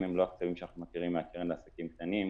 הם לא הקצבים שאנחנו מכירים מהקרן לעסקים קטנים,